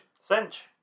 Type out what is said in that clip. Cinch